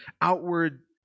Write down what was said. outward